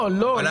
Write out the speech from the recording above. לא.